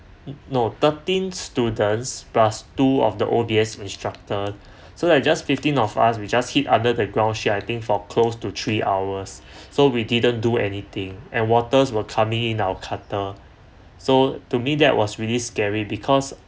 no thirteen students plus two of the O_D_S instructor so like just fifteen of us we just hit under the groundsheet I think for close to three hours so we didn't do anything and waters were coming in our carter so to me that was really scary because